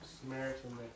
Samaritan